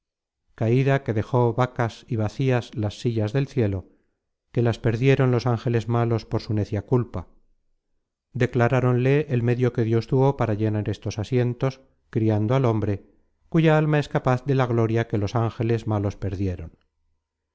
caida que dejó vacas y vacías las sillas del cielo que las perdieron los ángeles malos por su necia culpa declaráronle el medio que dios tuvo para llenar estos asientos criando al hombre cuya alma es capaz de la gloria que los ángeles malos perdieron